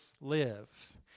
live